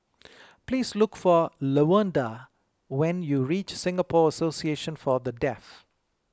please look for Lavonda when you reach Singapore Association for the Deaf